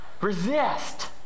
Resist